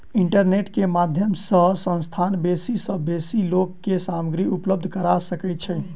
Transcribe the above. internet के माध्यम सॅ संस्थान बेसी सॅ बेसी लोक के सामग्री उपलब्ध करा सकै छै